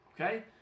okay